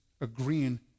agreeing